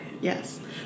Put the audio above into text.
Yes